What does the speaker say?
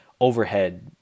overhead